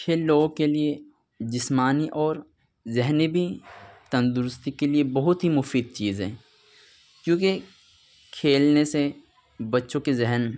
کھیل لوگ کے لیے جسمانی اور ذہنی بھی تندرستی کے لیے بہت ہی مفید چیز ہے كیونكہ كھیلنے سے بچّوں كے ذہن